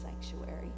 sanctuary